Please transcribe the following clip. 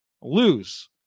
lose